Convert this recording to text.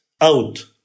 out